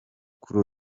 kuri